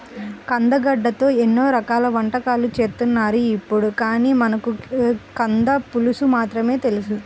కందగడ్డతో ఎన్నో రకాల వంటకాలు చేత్తన్నారు ఇప్పుడు, కానీ మనకు కంద పులుసు మాత్రమే తెలుసు